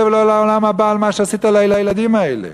ולא לעולם הבא על מה שעשית לילדים האלה.